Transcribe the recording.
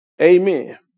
Amen